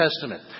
Testament